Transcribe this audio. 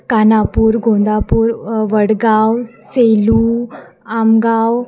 Kanapur Gondapur Wadgaon Selu Amgaon